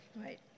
right